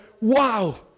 wow